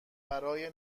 برای